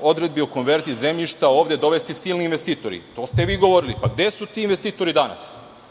odredbi o konverziji zemljišta ovde dovesti silni investitori. To ste vi govorili. Gde su ti investitori danas?